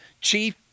chief